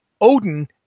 Odin